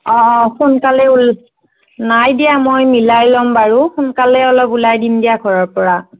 অ অ সোনকালে ওল নাই দিয়া মই মিলাই ল'ম বাৰু সোনকালে অলপ ওলাই দিম দিয়া ঘৰৰ পৰা